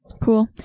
Cool